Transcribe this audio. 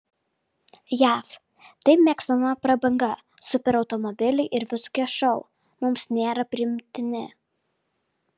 jav taip mėgstama prabanga superautomobiliai ir visokie šou mums nėra priimtini